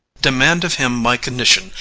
demand of him my condition,